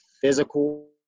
physical